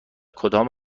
کدام